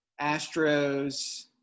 Astros